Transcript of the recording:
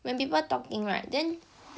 when people talking [right] then